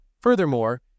Furthermore